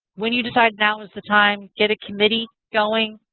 when you decide now is the time, get a committee going,